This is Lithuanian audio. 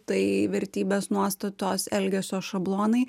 tai vertybės nuostatos elgesio šablonai